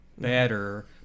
better